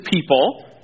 people